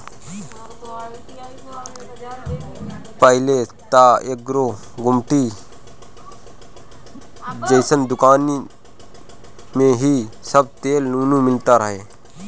पहिले त एगो गुमटी जइसन दुकानी में ही सब तेल नून मिलत रहे